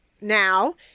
now